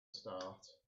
start